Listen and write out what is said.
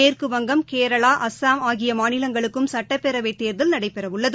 மேற்குவங்கம் கேரளா அஸ்ஸாம் ஆகியமாநிலங்களுக்கும் சட்டப்பேரவைத் தேர்தல் ந எடபெறவுள்ளது